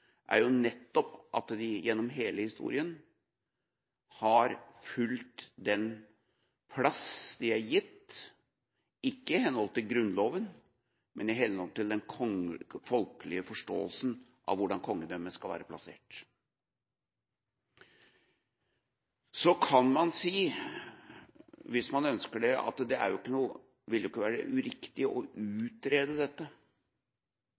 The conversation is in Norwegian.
som jo er bildet, og som skaper den folkelige oppslutningen på demokratisk grunnlag om kongehuset, kongen og kongedømmet, er nettopp at de gjennom hele historien har fulgt den plass de er gitt, ikke i henhold til Grunnloven, men i henhold til den folkelige forståelsen av hvordan kongedømmet skal være plassert. Så kan man si, hvis man ønsker det, at det ikke ville være uriktig å